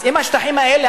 אז אם השטחים האלה,